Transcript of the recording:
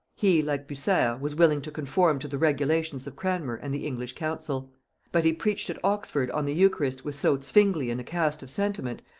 he, like bucer, was willing to conform to the regulations of cranmer and the english council but he preached at oxford on the eucharist with so zwinglian a cast of sentiment,